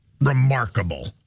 remarkable